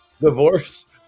divorce